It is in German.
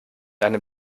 einem